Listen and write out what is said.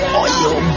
oil